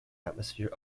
atmosphere